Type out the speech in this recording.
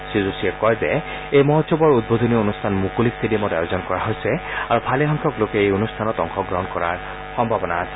শ্ৰীযোশীয়ে কয় যে এই মহোৎসৱৰ উদ্বোধনী অনুষ্ঠান মুকলি ট্টেডিয়ামত আয়োজন কৰা হৈছে আৰু ভালেসংখ্যক লোকে এই অনুষ্ঠানত অংশগ্ৰহণ কৰাৰ সম্ভাৱনা আছে